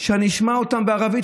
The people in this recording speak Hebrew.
שאני אשמע אותן בערבית,